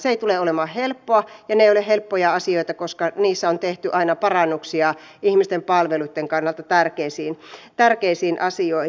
se ei tule olemaan helppoa ja ne eivät ole helppoja asioita koska niissä on tehty aina parannuksia ihmisten palveluitten kannalta tärkeisiin asioihin